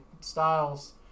Styles